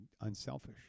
unselfish